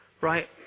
right